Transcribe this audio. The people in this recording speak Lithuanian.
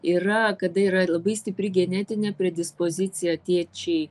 yra kada yra labai stipri genetinė predispozicija tėčiai